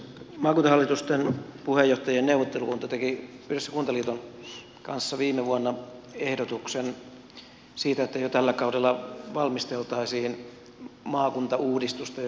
maakuntahallitusten puheenjohtajien neuvottelukunta teki yhdessä kuntaliiton kanssa viime vuonna ehdotuksen siitä että jo tällä kaudella valmisteltaisiin maakuntauudistusta joka seuraisi tätä kuntarakenneuudistusta